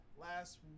last